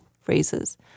Phrases